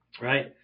right